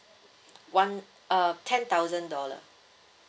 one uh ten thousand dollar